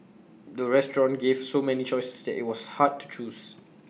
the restaurant gave so many choices that IT was hard to choose